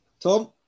Tom